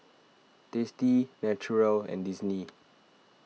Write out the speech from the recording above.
Tasty Naturel and Disney